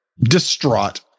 distraught